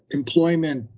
employment,